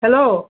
hello